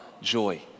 joy